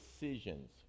decisions